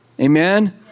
Amen